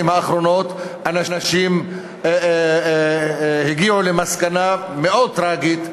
האחרונות אנשים גם הגיעו למסקנה מאוד טרגית,